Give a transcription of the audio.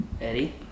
Eddie